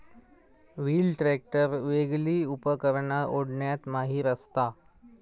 wheel tractor वेगली उपकरणा ओढण्यात माहिर असता